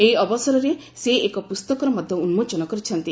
ଏହି ଅବସରରେ ସେ ଏକ ପୁସ୍ତକର ମଧ୍ୟ ଉନ୍ଜୋଚନ କରିଛନ୍ତି